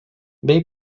bei